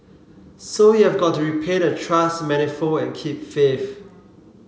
so you have got to repay the trust manifold and keep faith